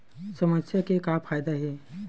समस्या के का फ़ायदा हे?